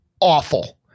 awful